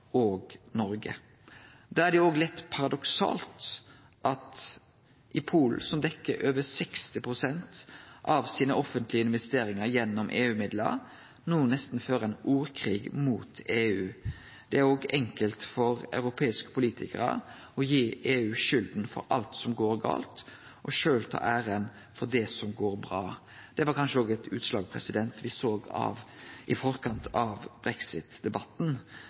òg Noreg. Da er det litt paradoksalt at ein i Polen, som dekkjer over 60 pst. av dei offentlege investeringane sine gjennom EU-midlar, no nesten fører ein ordkrig mot EU. Det er òg enkelt for europeiske politikarar å gi EU skylda for alt som går gale, og sjølv ta æra for det som går bra. Det såg me kanskje òg eit utslag av før brexit-debatten i